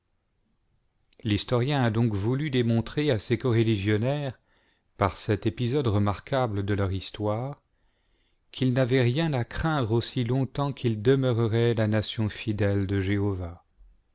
l'historien a donc voulu démontrer à ses coreligionnaires par cet épisode remarquable de leur histoire qu'ils n'avaient rien à craindre aussi longtemps qu'ils demeureraient la nation fidèle de jéhovah